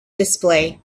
display